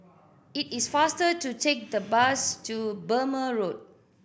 it is faster to take the bus to Burmah Road